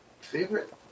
Favorite